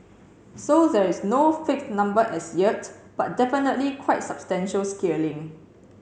so there is no fixed number as yet but definitely quite substantial scaling